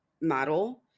model